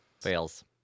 Fails